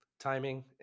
timing